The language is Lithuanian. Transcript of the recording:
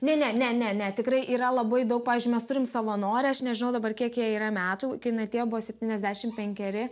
ne ne ne ne ne tikrai yra labai daug pavyzdžiui mes turim savanorę aš nežinau dabar kiek jai yra metų kaina tebuvo septyniasdešimt penkeri